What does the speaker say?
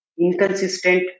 Inconsistent